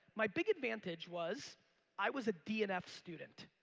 my big advantage was i was a d and f student.